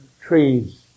Trees